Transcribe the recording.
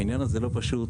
העניין הזה לא פשוט.